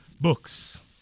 books